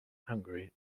hungary